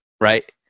right